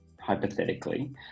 hypothetically